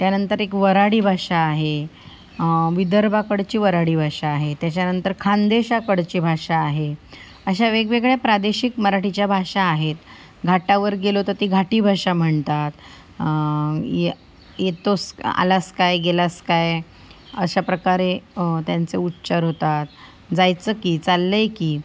त्यानंतर एक वऱ्हाडी भाषा आहे विदर्भाकडची वऱ्हाडी भाषा आहे त्याच्यानंतर खान्देशाकडची भाषा आहे अशा वेगवेगळ्या प्रादेशिक मराठीच्या भाषा आहेत घाटावर गेलो तर ती घाटी भाषा म्हणतात इय येतोस आलास काय गेलास काय अशा प्रकारे त्यांचं उच्चार होतात जायचं की चाललेय की